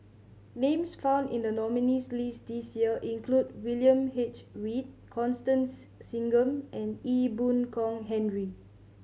names found in the nominees' list this year include William H Read Constance Singam and Ee Boon Kong Henry